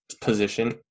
position